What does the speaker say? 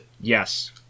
yes